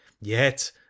Yet